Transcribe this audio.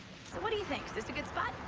but what do you think? is this a good spot?